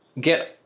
get